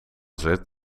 zit